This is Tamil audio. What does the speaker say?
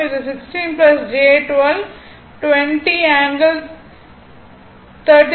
அது 16 j 12 20 ∠36